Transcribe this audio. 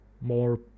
more